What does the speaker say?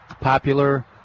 popular